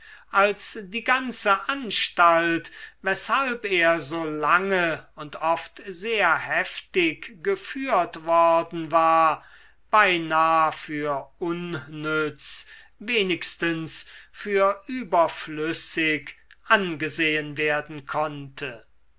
als die ganze anstalt weshalb er so lange und oft sehr heftig geführt worden war beinah für unnütz wenigstens für überflüssig angesehen werden konnte